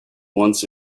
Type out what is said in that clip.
once